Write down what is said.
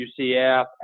UCF